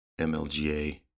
MLGA